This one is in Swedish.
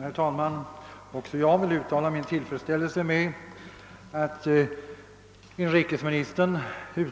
Herr talman! Också jag vill uttala min tillfredsställelse med att inrikesministern